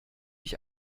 ich